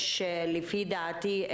לדעתי,